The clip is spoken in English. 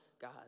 God